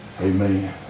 Amen